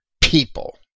people